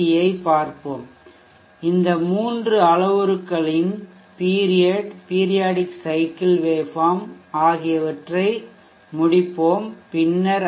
யைப் பார்ப்போம் இந்த மூன்று அளவுருக்களின் பீரியட் பீரியாடிக் சைக்கிள் வேவ்ஃபார்ம் ஆகியவற்றை முடிப்போம் பின்னர் ஐ